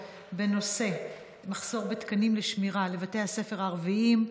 בנושא: מחסור בתקנים לשמירה לבתי הספר הערביים,